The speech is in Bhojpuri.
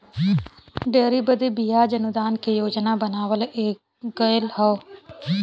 डेयरी बदे बियाज अनुदान के योजना बनावल गएल हौ